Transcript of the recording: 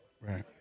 Right